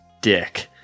dick